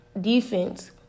defense